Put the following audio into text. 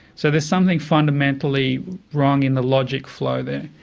so there's something fundamentally wrong in the logic flow there.